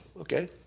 okay